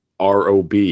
Rob